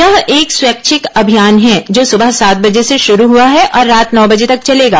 यह एक स्वैच्छिक अभियान है जो सुबह सात बजे से शुरू हुआ है और रात नौ बजे तक चलेगा